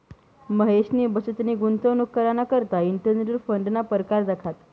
महेशनी बचतनी गुंतवणूक कराना करता इंटरनेटवर फंडना परकार दखात